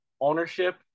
ownership